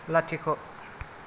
लाथिख'